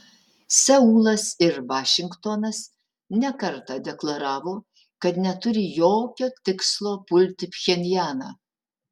seulas ir vašingtonas ne kartą deklaravo kad neturi jokio tikslo pulti pchenjaną